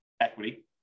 equity